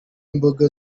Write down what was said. imboga